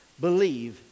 believe